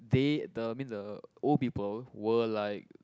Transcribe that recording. they the I mean the old people were like